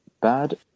bad